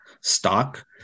stock